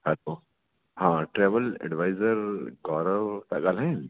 hello हा travel adviser Gaurav था ॻाल्हाइनि